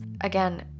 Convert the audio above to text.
Again